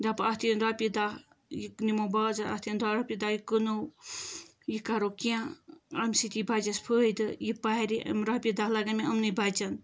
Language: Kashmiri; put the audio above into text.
دَپہٕ اَتھ یِن رۄپیہِ دَہ یہِ نِمو بازر اَتھ یِن دَہ رۄپیہِ دَہ یہِ کٕنو یہِ کَرو کیٚنٛہہ اَمہِ سۭتۍ یِیہِ بَچس فٲیدٕ یہِ پَرِ یِم رۄپیہِ دَہ لَگن مےٚ اُمنٕے بَچن